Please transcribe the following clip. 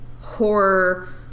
horror